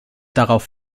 darauf